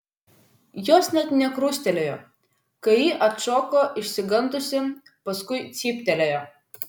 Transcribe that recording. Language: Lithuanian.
jos net nekrustelėjo kai ji atšoko išsigandusi paskui cyptelėjo